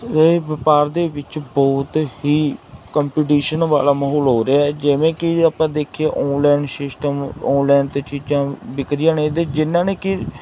ਇਹ ਵਪਾਰ ਦੇ ਵਿੱਚ ਬਹੁਤ ਹੀ ਕੰਪੀਟੀਸ਼ਨ ਵਾਲਾ ਮਾਹੌਲ ਹੋ ਰਿਹਾ ਜਿਵੇਂ ਕਿ ਆਪਾਂ ਦੇਖੀਏ ਔਨਲਾਈਨ ਸ਼ਿਸ਼ਟਮ ਔਨਲਾਈਨ 'ਤੇ ਚੀਜ਼ਾਂ ਵਿਕ ਰਹੀਆਂ ਨੇ ਅਤੇ ਜਿਹਨਾਂ ਨੇ ਕਿ